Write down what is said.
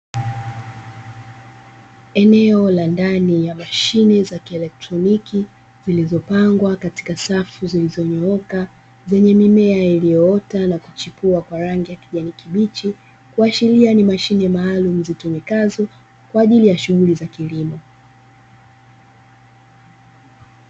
Eneo la ndani ya mashine za kielektroniki, zilizopangwa katika safu zilizonyooka zenye mimea iliyoota na kuchipua kwa rangi ya kijani kibichi kuashiria ni mashine maalumu, zitumikazo kwa ajili ya shughuli za kilimo.